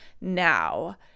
now